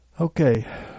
Okay